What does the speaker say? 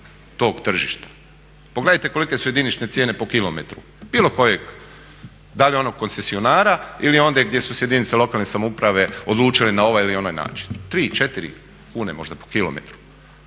tog tržišta. Pogledajte kolike su jedinične cijene po km bilo kojeg da li onog koncesionara ili ondje gdje su se jedinice lokalne samouprave odlučile na ovaj ili onaj način. 3-4 kune možda po km,